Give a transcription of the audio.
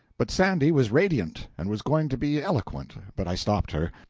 but sandy was radiant and was going to be eloquent but i stopped her,